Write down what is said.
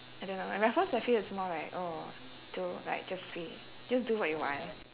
I don't know and raffles actually is more like oh do like just free just do what you want